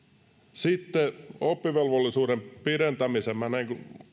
sitten oppivelvollisuuden pidentämiseen minä